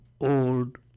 old